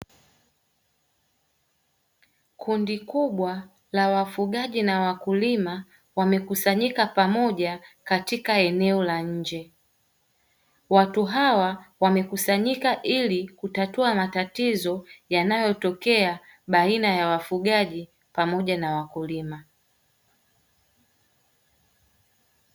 Kundi kubwa la wafugaji na wakulima wamekusanyika pamoja katika eneo la nje. Watu hawa wamekusanyika ili kutatua matatizo yanayotokea baina ya wafugaji pamoja na wakulima.